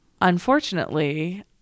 unfortunately